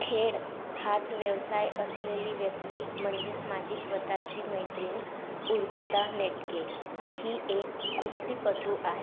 खेळ हाच व्यवसाय असलेली व्यक्ती म्हणजेच माझी स्वतःची मैत्रिण उर्जिता नेटके ही एक कुस्तीपटू आहे